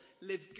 Live